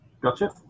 Gotcha